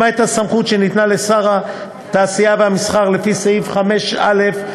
למעט הסמכות שניתנה לשר התעשייה והמסחר לפי סעיף 5(א)(2)